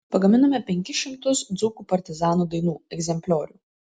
pagaminome penkis šimtus dzūkų partizanų dainų egzempliorių